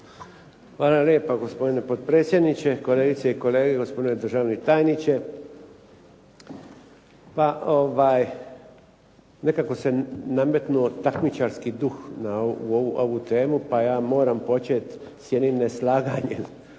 Hvala lijepa, gospodine potpredsjedniče. Kolegice i kolege. Gospodine državni tajniče. Nekako se nametnuo takmičarski duh u ovu temu pa je moram počet s jednim neslaganjem,